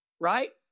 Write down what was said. right